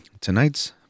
Tonight's